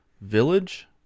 Village